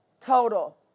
total